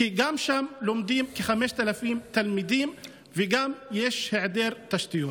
כי שם גם לומדים כ-5,000 תלמידים וגם יש היעדר תשתיות.